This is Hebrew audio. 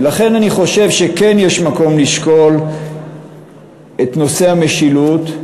ולכן אני חושב שכן יש מקום לשקול את נושא המשילות,